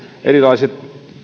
erilaiset